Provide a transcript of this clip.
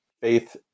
faith